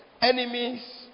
enemies